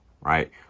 Right